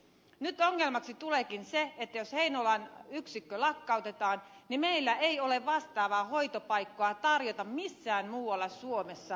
nyt ongelmaksi tuleekin se että jos heinolan yksikkö lakkautetaan niin meillä ei ole vastaavaa hoitopaikkaa tarjota missään muualla suomessa näille potilaille